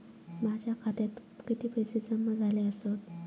माझ्या खात्यात किती पैसे जमा झाले आसत?